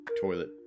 toilet